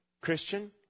Christian